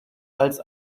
als